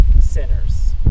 sinners